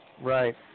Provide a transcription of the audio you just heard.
right